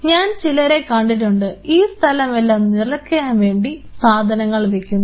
ഞാൻ ചിലരെ കണ്ടിട്ടുണ്ട് ഈ സ്ഥലം എല്ലാം നിറയ്ക്കാൻ വേണ്ടി സാധനങ്ങൾ വയ്ക്കുന്നവർ